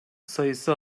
sayısı